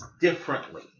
differently